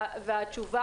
והתשובה